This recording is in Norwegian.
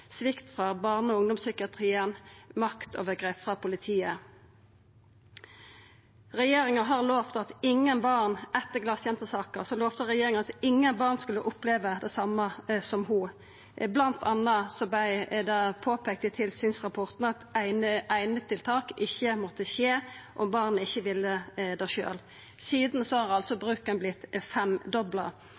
svikt frå barne- og ungdomspsykiatrien, maktovergrep frå politiet. Etter saka med «glasjenta» lova regjeringa at ingen barn skulle oppleva det same som ho. Blant anna vart det i tilsynsrapporten peika på at einetiltak ikkje måtte skje om barnet ikkje ville det sjølv. Sidan har bruken vorte femdobla.